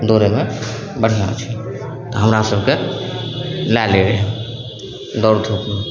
दौड़ैमे बढ़िआँ छै हमरा सभकेँ लै लै रहै दौड़ धूपमे